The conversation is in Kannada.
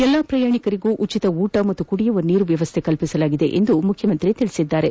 ಎಲ್ಲಾ ಪ್ರಯಾಣಿಕರಿಗೂ ಉಚಿತ ಊಟ ಮತ್ತು ಕುಡಿಯುವ ನೀರಿನ ವ್ಣವಸ್ಥೆ ಕಲ್ಪಿಸಲಾಗಿದೆ ಎಂದು ಮುಖ್ಯಮಂತ್ರಿ ಹೇಳಿದ್ದಾರೆ